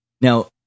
Now